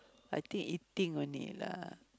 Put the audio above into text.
I think eating only lah